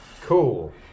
Cool